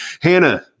Hannah